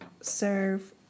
serve